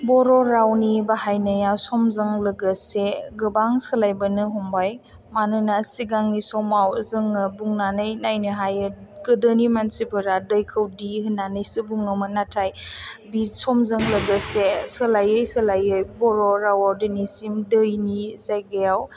बर' रावनि बाहायनाया समजों लोगोसे गोबां सोलायबोनो हमबाय मानोना सिगांनि समाव जोङो बुंनानै नायनो हायो गोदोनि मानसिफोरा दैखौ दि होन्नानैसो बुङोमोन नाथाय बि समजों लोगोसे सोलायै सोलायै बर'राव आव दिनैसिम दैनि जायगायाव